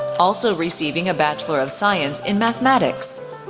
also receiving a bachelor of science in mathematics,